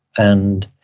and,